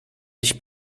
ich